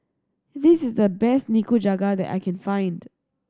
this is the best Nikujaga that I can find